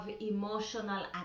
emotional